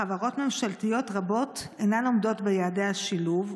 חברות ממשלתיות רבות אינן עומדות ביעדי השילוב,